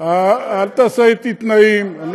כשאתה דיברת,